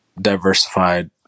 diversified